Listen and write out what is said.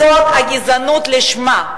זאת גזענות לשמה.